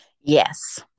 Yes